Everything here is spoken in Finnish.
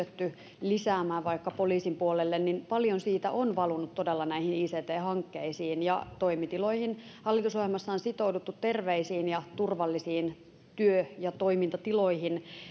on kyetty lisäämään vaikka poliisin puolelle on paljon valunut todella näihin ict hankkeisiin ja toimitiloihin hallitusohjelmassa on sitouduttu terveisiin ja turvallisiin työ ja toimintatiloihin